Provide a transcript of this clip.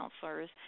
counselors